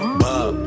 bob